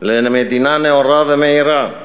של מדינה נאורה ומאירה,